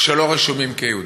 שלא רשומים כיהודים.